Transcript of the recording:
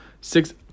Six